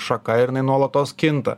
šaka ir jinai nuolatos kinta